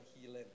healing